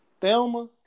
Thelma